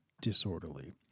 disorderly